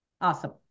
Awesome